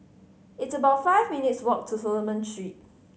it's about five minutes' walk to Solomon Street